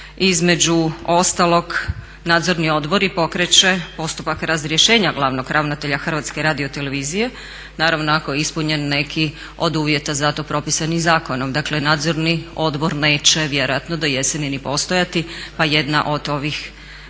Između ostalog Nadzorni odbor pokreće postupak razrješenja glavnog ravnatelja Hrvatske radiotelevizije, naravno ako je ispunjen neki od uvjeta za to propisanim zakonom. Dakle, Nadzorni odbor neće vjerojatno do jeseni ni postojati, pa jedna od ovih važnih